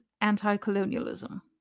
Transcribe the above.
anti-colonialism